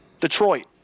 detroit